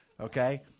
okay